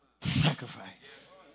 sacrifice